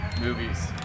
Movies